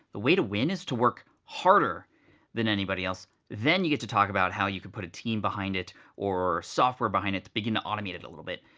the way to win is to work harder than anybody else. then you get to talk about how you can put a team behind it or software behind it to begin to automate it a little bit.